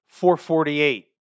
448